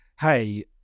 hey